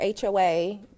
HOA